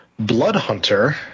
Bloodhunter